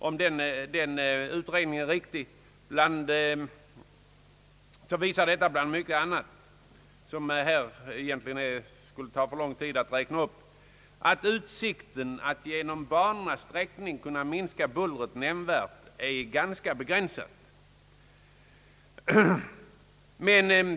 Om utredningen är riktig visar detta exempel bland mycket annat, vilket skulle ta för lång tid att räkna upp här, att utsikten att genom banornas sträckning nämnvärt kunna minska bullret är ganska begränsad.